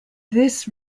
this